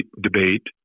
debate